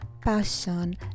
passion